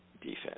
defense